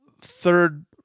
third